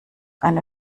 eine